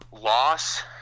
Loss